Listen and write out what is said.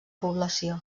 població